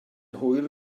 hwyl